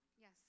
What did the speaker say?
Yes